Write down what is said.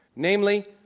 namely,